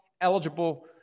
eligible